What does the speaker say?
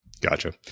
Gotcha